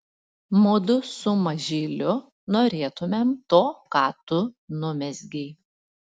mudu su mažyliu norėtumėm to ką tu numezgei